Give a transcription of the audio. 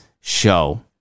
show